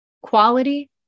quality